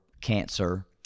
cancer